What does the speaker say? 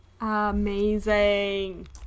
Amazing